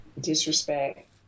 Disrespect